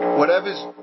whatever's